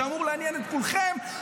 אמור לעניין את כולכם,